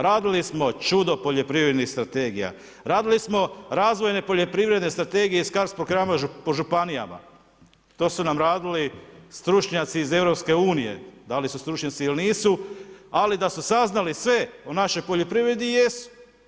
Radili smo čudo poljoprivrednih strategija, radili smo razvojne poljoprivredne strategije ... po županijama, to su nam radili stručnjaci iz EU-a, da li su stručnjaci ili nisu, ali da su saznali sve o našoj poljoprivredi, jesu.